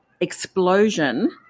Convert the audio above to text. explosion